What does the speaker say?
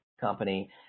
company